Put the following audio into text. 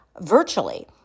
virtually